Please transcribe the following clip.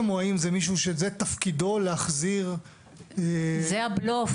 או האם זה מישהו שתפקידו להחזיר -- זה הבלוף,